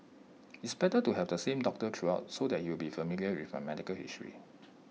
it's better to have the same doctor throughout so he would be familiar with my medical history